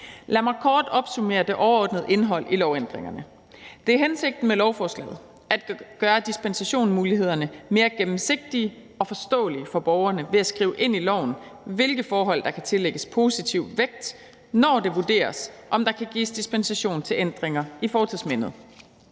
Lad mig kort opsummere det overordnede indhold i lovændringerne. Det er hensigten med lovforslaget at gøre dispensationsmulighederne mere gennemsigtige og forståelige for borgerne ved at skrive ind i loven, hvilke forhold der kan tillægges positiv vægt, når det vurderes, om der kan gives dispensation til ændringer i fortidsmindet.